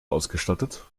ausgestattet